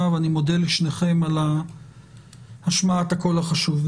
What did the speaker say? ואני מודה לשניכם על השמעת הקול החשובה.